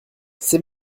c’est